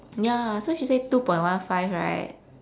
ya so she said two point one five right